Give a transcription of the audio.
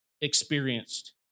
experienced